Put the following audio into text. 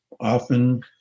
often